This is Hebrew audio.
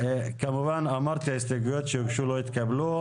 כמובן אמרתי, ההסתייגויות שהוגשו לא התקבלו.